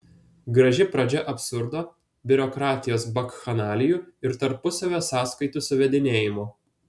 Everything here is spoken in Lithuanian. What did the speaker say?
graži pradžia absurdo biurokratijos bakchanalijų ir tarpusavio sąskaitų suvedinėjimo